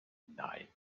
nein